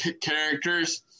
characters